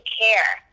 care